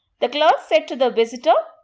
the clerk said to the visitor,